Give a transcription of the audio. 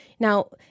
Now